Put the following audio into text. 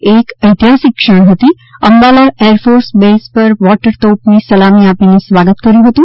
તે એક ઐતિહાસિક ક્ષણ હતી અંબાલા એરફોર્સ બેઝ પર વોટર તોપની સલામી આપીને સ્વાગત કર્યું હતું